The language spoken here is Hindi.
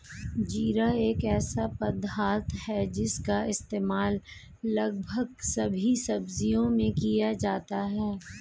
जीरा एक ऐसा पदार्थ है जिसका इस्तेमाल लगभग सभी सब्जियों में किया जाता है